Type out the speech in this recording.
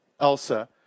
Elsa